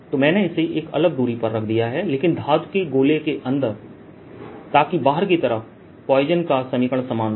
तो मैंने इसे एक अलग दूरी पर रख दिया है लेकिन धातु के गोले के अंदर ताकि बाहर की तरफ पोइसन का समीकरण समान रहे